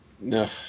No